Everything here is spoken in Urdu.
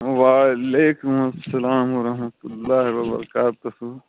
وعلیکم السلام و رحمتہ اللہ و برکاتہ